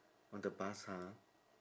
on the bus ha